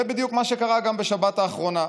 זה בדיוק מה שקרה גם בשבת האחרונה.